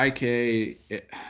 IK